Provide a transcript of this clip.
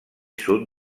sud